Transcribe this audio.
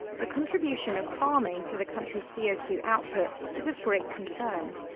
the contribution of farming to the country's c o two output is of great concern.